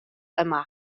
yma